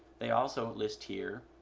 they also list, here,